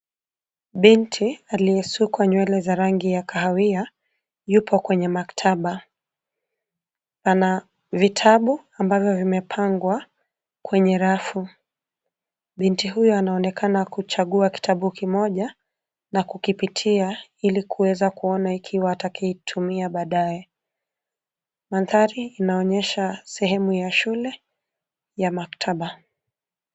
Binti aliyesukwa nywele za rangi ya kahawia yupo kwenye maktaba. Pana vitabu ambavyo vimepangwa kwenye rafu. Binti huyu anaonekana kuchagua kitabu kimoja na kukipitia ili kuweza kuona ikiwa atakitumia baadae. Mandhari inaonyesha sehemu ya shule ya maktaba.